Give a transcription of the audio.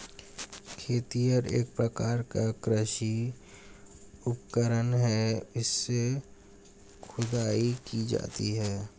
खेतिहर एक प्रकार का कृषि उपकरण है इससे खुदाई की जाती है